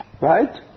right